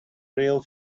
real